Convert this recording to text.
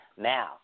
now